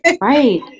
Right